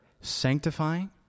sanctifying